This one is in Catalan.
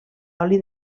oli